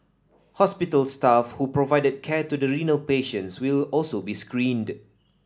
hospital staff who provided care to the renal patients will also be screened